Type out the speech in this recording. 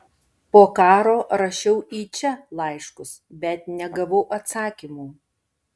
po karo rašiau į čia laiškus bet negavau atsakymų